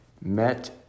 met